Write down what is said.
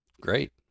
Great